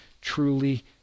truly